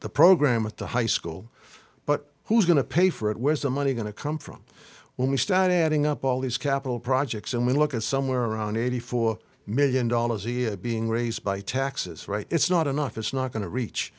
the program at the high school but who's going to pay for it where's the money going to come from when we start adding up all these capital projects and we look at somewhere around eighty four million dollars a year being raised by taxes right it's not enough it's not going to reach